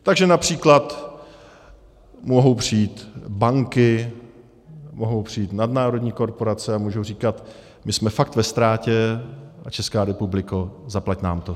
Takže např. mohou přijít banky, mohou přijít nadnárodní korporace a můžou říkat my jsme fakt ve ztrátě, Česká republiko, zaplať nám to.